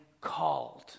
called